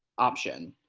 option.